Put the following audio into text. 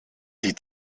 die